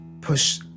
push